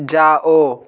जाओ